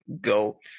go